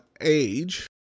age